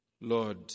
Lord